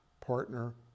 partner